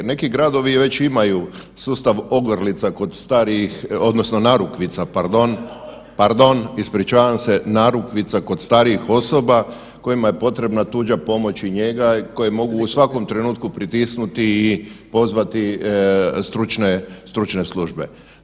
Neki gradovi već imaju sustav ogrlica kod starijih odnosno narukvica, pardon, pardon, ispričavam se, narukvica kod starijih osoba kojima je potrebna tuđa pomoć i njega koje mogu u svakom trenutku pritisnuti i pozvati stručne, stručne službe.